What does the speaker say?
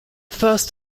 first